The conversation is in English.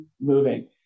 moving